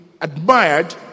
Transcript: admired